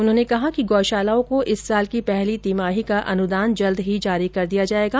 उन्होंने कहा कि गौशालाओं को इस साल की पहली तिमाही का अनुदान जल्द ही जारी कर दिया जाएगा